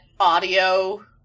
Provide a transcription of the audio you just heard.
audio